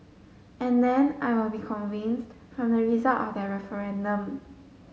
and then I will be convinced from the result of that referendum